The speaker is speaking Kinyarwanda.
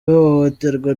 ihohoterwa